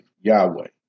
Yahweh